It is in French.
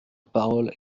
parole